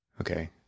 Okay